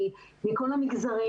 מכל המגזרים,